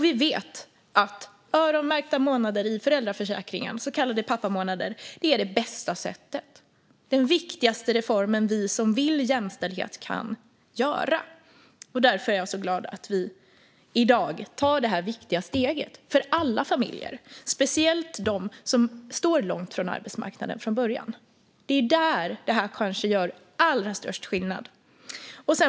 Vi vet att öronmärkta månader i föräldraförsäkringen, så kallade pappamånader, är det bästa sättet. Det är den viktigaste reform som vi som vill se jämställdhet kan göra. Därför är jag så glad att vi i dag tar detta viktiga steg för alla familjer, speciellt för dem som står långt från arbetsmarknaden från början. Det är där som detta gör kanske allra störst skillnad.